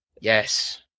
Yes